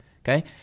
okay